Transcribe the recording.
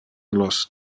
los